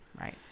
Right